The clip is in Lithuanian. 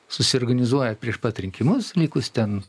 susiorganizuoja prieš pat rinkimus likus ten